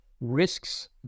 risks